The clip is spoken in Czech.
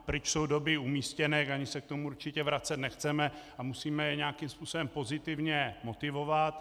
Pryč jsou doby umístěnek a my se k tomu určitě vracet nechceme a musíme je nějakým způsobem pozitivně motivovat.